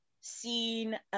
seen